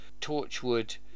Torchwood